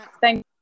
thank